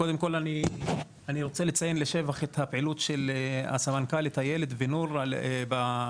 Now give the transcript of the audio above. אני רוצה לציין לשבח את הפעילות של הסמנכ"לית איילת ונור ביישום